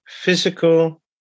physical